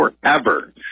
forever